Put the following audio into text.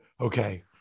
okay